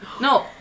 No